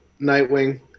Nightwing